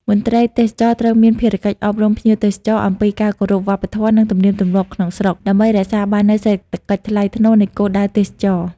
មន្ត្រីទេសចរណ៍ត្រូវមានភារកិច្ចអប់រំភ្ញៀវទេសចរអំពីការគោរពវប្បធម៌ និងទំនៀមទម្លាប់ក្នុងស្រុក ដើម្បីរក្សាបាននូវសេចក្តីថ្លៃថ្នូរនៃគោលដៅទេសចរណ៍។